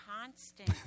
constant